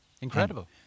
Incredible